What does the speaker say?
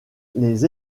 les